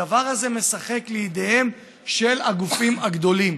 הדבר הזה משחק לידיהם של הגופים הגדולים,